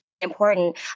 important